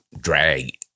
drag